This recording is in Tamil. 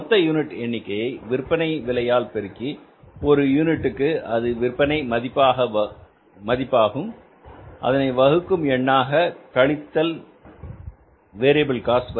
மொத்த யூனிட் எண்ணிக்கையை விற்பனை விலையால் பெருக்கி ஒரு யூனிட்டுக்கு அது விற்பனை மதிப்பாக வகுக்கும் எண்ணாகவரும் கழித்தல் வேரியபில் காஸ்ட்